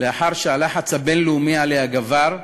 לאחר שהלחץ הבין-לאומי עליה גבר,